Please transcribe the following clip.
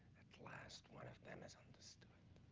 at last, one of them has understood.